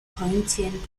corinthians